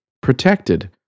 protected